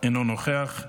אינו נוכח.